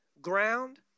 ground